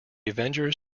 avengers